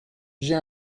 j’ai